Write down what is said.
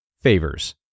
Favors